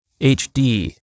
HD